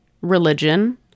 religion